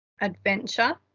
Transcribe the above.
adventure